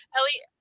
Ellie